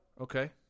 Okay